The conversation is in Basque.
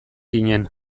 ginen